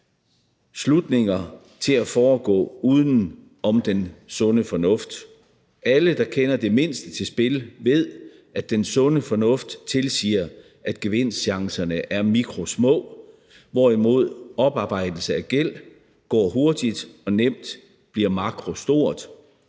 kortslutninger, der foregår uden om den sunde fornuft. Alle, der kender det mindste til spil, ved, at den sunde fornuft tilsiger, at gevinstchancerne er mikrosmå, hvorimod oparbejdelse af gæld går hurtigt og nemt bliver makrostort.